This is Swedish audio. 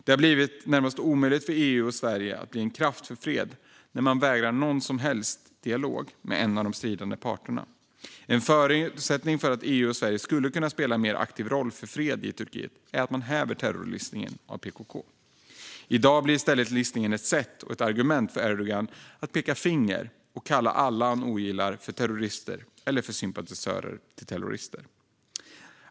Det har blivit närmast omöjligt för EU och Sverige att bli en kraft för fred när man vägrar att ha någon som helst dialog med en av de stridande parterna. En förutsättning för att EU och Sverige ska kunna spela en mer aktiv roll för fred i Turkiet är att man häver terrorlistningen av PKK. I dag blir i stället listningen ett sätt och ett argument för Erdogan att peka finger och kalla alla han ogillar för terrorister eller för sympatisörer till terrorister.